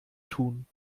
tun